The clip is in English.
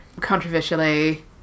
controversially